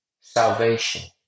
salvation